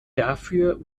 dafür